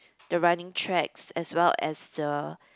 the running tracks as well as the